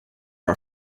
are